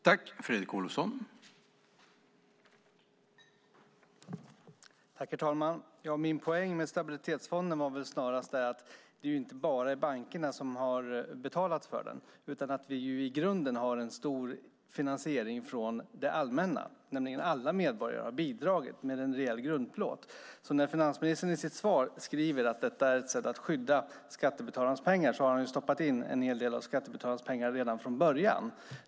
Herr talman! Min poäng med Stabilitetsfonden var snarast att det inte bara är bankerna som har betalat för den. I grunden har vi en stor finansiering från det allmänna. Alla medborgare har bidragit med en rejäl grundplåt. När finansministern i sitt svar skriver att detta är ett sätt att skydda skattebetalarnas pengar har han stoppat in en hel del av skattebetalarnas pengar redan från början.